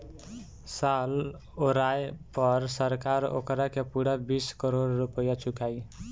साल ओराये पर सरकार ओकारा के पूरा बीस करोड़ रुपइया चुकाई